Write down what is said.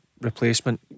replacement